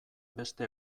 beste